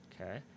Okay